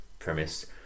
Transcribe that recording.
Premise